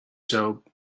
soap